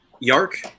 Yark